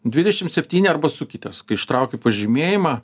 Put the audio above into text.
dvidešim septyni arba sukitės kai ištraukiu pažymėjimą